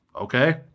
Okay